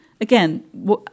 Again